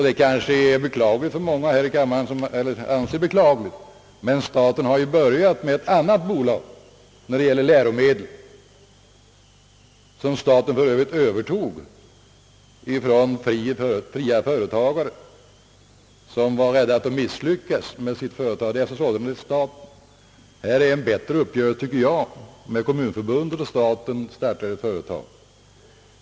Det kanske är beklagligt för många här i kammaren men staten har ju börjat med ett annat bolag när det gäller läromedel, vilket staten för övrigt övertog från fria företagare som var rädda att misslyckas med sitt företag och därför sålde det. Jag anser att det är en bättre uppgörelse när Kommunförbundet och staten startar ett företag.